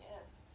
yes